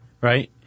right